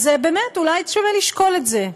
אז באמת אולי שווה לשקול את זה.